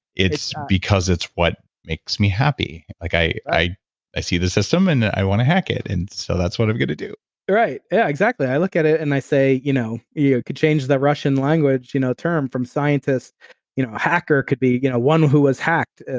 it's because it's what makes me happy, like i i see the system and i want to hack it, and so that's what i'm going to do right, yeah, exactly. i look at it and i say, you know yeah, i could change the russian language you know term from scientist you know hacker could be a one who was hacked,